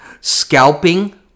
Scalping